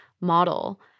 model